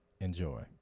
enjoy